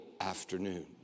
afternoon